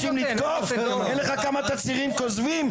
אין לך כמה תצהירים כוזבים?